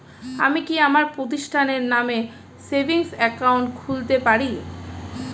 আমি কি আমার প্রতিষ্ঠানের নামে সেভিংস একাউন্ট খুলতে পারি?